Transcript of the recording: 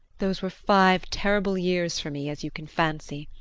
those were five terrible years for me, as you can fancy.